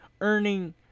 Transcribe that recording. earning